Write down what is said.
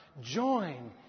join